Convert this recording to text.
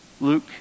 Luke